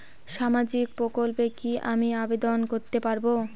সামাজিক প্রকল্পে কি আমি আবেদন করতে পারবো?